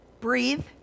Breathe